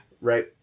Right